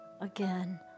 again